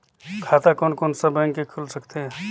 खाता कोन कोन सा बैंक के खुल सकथे?